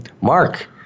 Mark